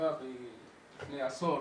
שליווה לפני עשור